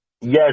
yes